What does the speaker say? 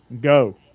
go